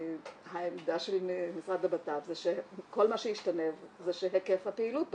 והעמדה של משרד הבט"פ זה שכל מה שישתנה זה היקף הפעילות בתחום.